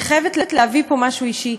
אני חייבת להביא פה משהו אישי.